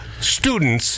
students